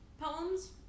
poems